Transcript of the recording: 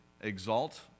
exalt